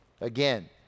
again